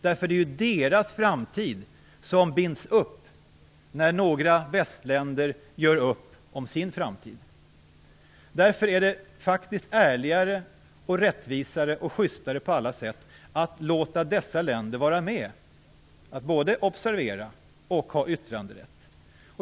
Det är ju deras framtid som binds upp när några västländer gör upp om sin framtid. Därför är det faktiskt ärligare, rättvisare och schystare på alla sätt att låta dessa länder vara med och både observera och ha yttranderätt.